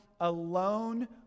alone